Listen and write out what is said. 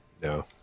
No